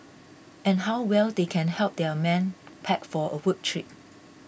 and how well they can help their men pack for a work trip